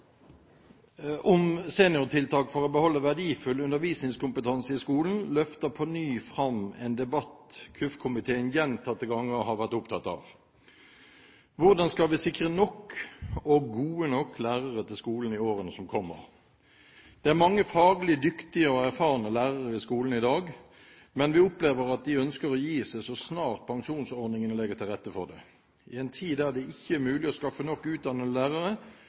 om seniortiltak for å beholde verdifull undervisningskompetanse i skolen løfter på ny fram en debatt som kirke-, undervisnings- og forskningskomiteen gjentatte ganger har vært opptatt av: hvordan vi skal sikre nok og gode nok lærere til skolen i årene som kommer. Det er mange faglig dyktige og erfarne lærere i skolen i dag, men vi opplever at de ønsker å gi seg så snart pensjonsordningene legger til rette for det. I en tid da det ikke er mulig å skaffe nok utdannede lærere,